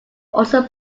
also